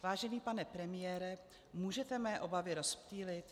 Vážený pane premiére, můžete mé obavy rozptýlit?